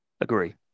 Agree